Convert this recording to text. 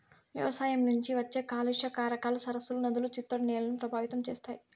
వ్యవసాయం నుంచి వచ్చే కాలుష్య కారకాలు సరస్సులు, నదులు, చిత్తడి నేలలను ప్రభావితం చేస్తాయి